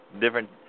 Different